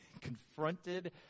confronted